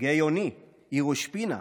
גיא אוני, היא ראש פינה,